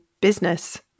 business